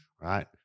right